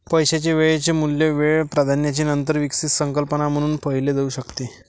पैशाचे वेळेचे मूल्य वेळ प्राधान्याची नंतर विकसित संकल्पना म्हणून पाहिले जाऊ शकते